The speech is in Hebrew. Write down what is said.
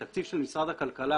התקציב של משרד הכלכלה,